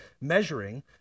measuring